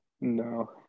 No